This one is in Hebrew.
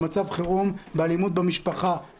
במצב חירום של אלימות במשפחה,